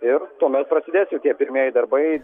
ir tuomet prasidės jau tie pirmieji darbai